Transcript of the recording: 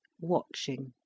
watching